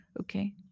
Okay